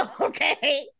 Okay